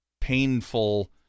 painful